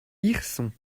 hirson